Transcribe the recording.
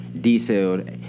detailed